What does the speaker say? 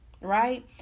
right